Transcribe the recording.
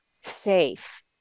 safe